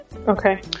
Okay